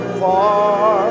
far